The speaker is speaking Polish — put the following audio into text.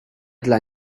dla